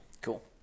cool